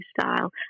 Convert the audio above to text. style